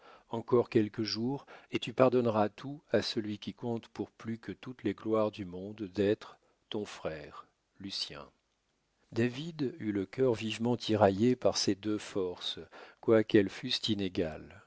encore quelques jours et tu pardonneras tout à celui qui compte pour plus que toutes les gloires du monde d'être ton frère lucien david eut le cœur vivement tiraillé par ces deux forces quoiqu'elles fussent inégales